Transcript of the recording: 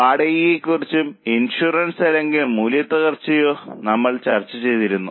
വാടകയെക്കുറിച്ചും insurance അല്ലെങ്കിൽ മൂല്യത്തകർച്ചയെക്കുറിച്ചോ നമ്മൾ ചർച്ച ചെയ്തിരുന്നു